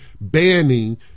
banning